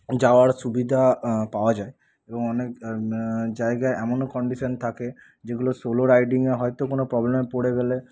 যাওয়ার সুবিধা পাওয়া যায় এবং অনেক জায়গায় এমনও কন্ডিশন থাকে যেগুলো সোলো রাইডিংয়ে হয়তো কোনও প্রবলেমে পড়ে গেলে